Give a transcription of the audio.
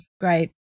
great